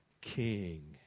king